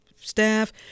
staff